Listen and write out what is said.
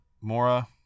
Mora